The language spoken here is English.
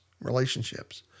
relationships